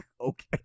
Okay